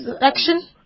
Action